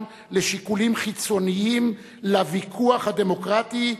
לשיקולים חיצוניים לוויכוח הדמוקרטי,